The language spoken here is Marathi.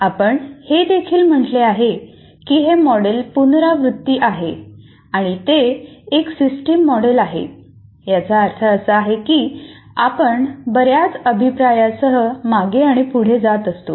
आपण हे देखील म्हटले आहे की हे मॉडेल पुनरावर्ती आहे आणि ते एक सिस्टम मॉडेल आहे याचा अर्थ असा की आपण बऱ्याच अभिप्रायासह मागे आणि पुढे जात असतो